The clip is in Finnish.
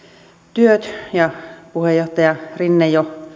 työt ja puheenjohtaja rinne